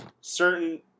certain